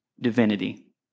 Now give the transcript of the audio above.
divinity